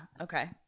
okay